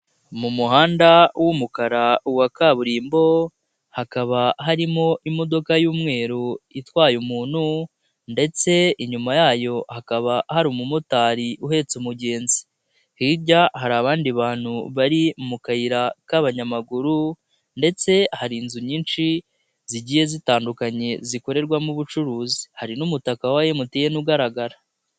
Mu muhanda w'umukara wa kaburimbo hakaba harimo imodoka y'umweru itwaye umuntu ndetse inyuma yayo hakaba hari umumotari uhetse umugenzi, hirya hari abandi bantu bari mu kayira k'abanyamaguru ndetse hari inzu nyinshi zigiye zitandukanye zikorerwamo ubucuruzi, hari n'umutaka wa MTN ugaragara.